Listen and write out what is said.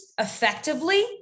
effectively